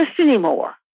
anymore